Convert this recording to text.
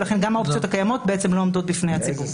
ולכן גם האופציות הקיימות גם לא עומדות בפני הציבור.